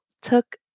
took